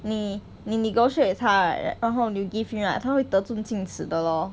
你你 negotiate with 他 right 然后 you give him right 他会得寸进尺的 lor